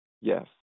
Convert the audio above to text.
Yes